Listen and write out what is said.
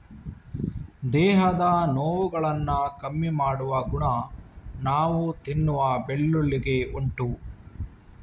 ದೇಹದ ನೋವುಗಳನ್ನ ಕಮ್ಮಿ ಮಾಡುವ ಗುಣ ನಾವು ತಿನ್ನುವ ಬೆಳ್ಳುಳ್ಳಿಗೆ ಉಂಟು